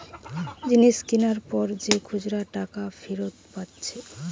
জিনিস কিনার পর যে খুচরা টাকা ফিরত পাচ্ছে